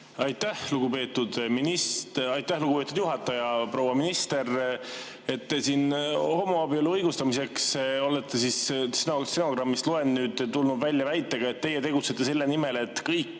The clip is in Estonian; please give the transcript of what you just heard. Aitäh, lugupeetud juhataja! Proua minister! Te olete siin homoabielu õigustamiseks – stenogrammist loen nüüd – tulnud välja väitega, et teie tegutsete selle nimel, et kõikidel